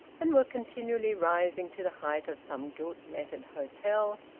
and were continually rising to the height of some gilt-lettered hotel,